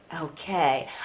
Okay